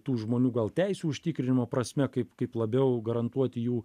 tų žmonių gal teisių užtikrinimo prasme kaip kaip labiau garantuoti jų